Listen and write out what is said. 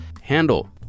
handle